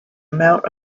amount